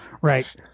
Right